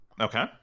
Okay